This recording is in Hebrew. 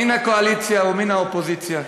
מן הקואליציה ומן האופוזיציה,